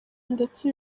ndetse